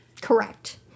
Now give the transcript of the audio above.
Correct